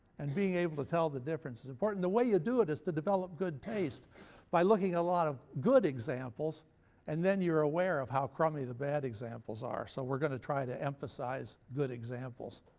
and being able to tell the difference is important. the way you do it is to develop good taste by looking at a lot of good examples and then you're aware of how crummy the bad examples are. so we're going to try to emphasize good examples,